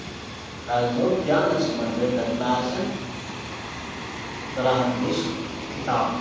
Laha zaho mpianatry mandeha andakilasy any, ty raha indesiko, kitapo.